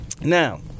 Now